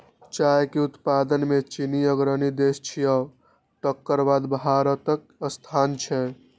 चाय के उत्पादन मे चीन अग्रणी देश छियै, तकर बाद भारतक स्थान छै